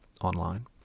online